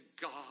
God